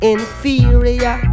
Inferior